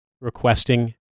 requesting